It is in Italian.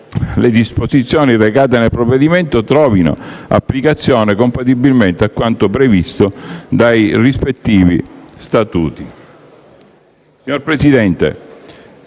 le disposizioni legate al provvedimento trovino applicazione compatibilmente a quanto previsto dai rispettivi Statuti. Signor Presidente,